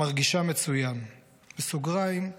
/ מרגישה מצוין! /